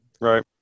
Right